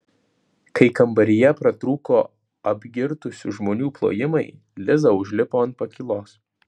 kai kambaryje pratrūko apgirtusių žmonių plojimai liza užlipo ant pakylos